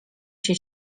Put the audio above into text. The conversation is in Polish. się